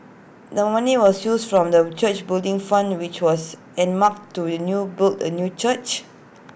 the money was used from the church's Building Fund which was earmarked to with A new boot A new church